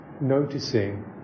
noticing